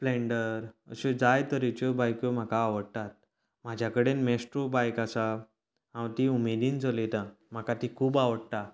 स्पलेन्डर अश्यो जाय तरेच्यो बायक्यो म्हाका आवडटात म्हाज्या कडेन मेस्ट्रॉ बायक आसा हांव ती उमेदीन चलयता म्हाका ती खूब आवडटा